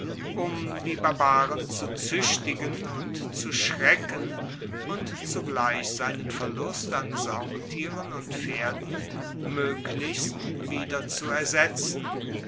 um die barbaren zu zuechtigen und zu schrecken und zugleich seinen verlust an saumtieren und pferden moeglichst wieder zu ersetzen